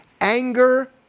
anger